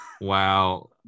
Wow